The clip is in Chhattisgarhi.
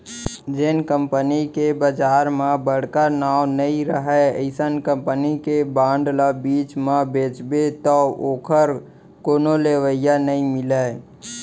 जेन कंपनी के बजार म बड़का नांव नइ रहय अइसन कंपनी के बांड ल बीच म बेचबे तौ ओकर कोनो लेवाल नइ मिलय